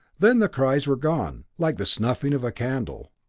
then the cries were gone, like the snuffing of a candle.